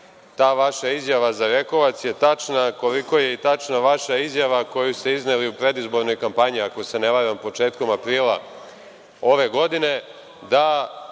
ta vaša izjava za Rekovac je tačna koliko je i tačna vaša izjava koju ste izneli u predizbornoj kampanji, ako se ne varam početkom aprila ove godine, da